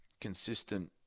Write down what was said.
consistent